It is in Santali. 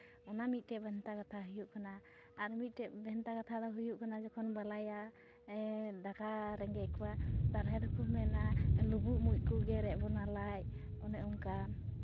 ᱚᱱᱟ ᱢᱤᱫᱴᱮᱱ ᱵᱷᱮᱱᱛᱟ ᱠᱟᱛᱷᱟ ᱦᱩᱭᱩᱜ ᱠᱟᱱᱟ ᱟᱨ ᱢᱤᱫᱴᱮᱱ ᱵᱷᱮᱱᱛᱟ ᱠᱟᱛᱷᱟ ᱫᱚ ᱦᱩᱭᱩᱜ ᱠᱟᱱᱟ ᱡᱚᱠᱷᱚᱱ ᱵᱟᱞᱟᱭᱟ ᱫᱟᱠᱟ ᱨᱮᱸᱜᱮᱡ ᱠᱚᱣᱟ ᱛᱟᱞᱦᱮ ᱨᱮᱠᱚ ᱢᱮᱱᱟ ᱞᱩᱵᱩᱜ ᱢᱩᱡᱽ ᱠᱚ ᱜᱮᱨᱮᱫ ᱵᱚᱱᱟ ᱞᱟᱡ ᱚᱱᱮ ᱚᱝᱠᱟᱱ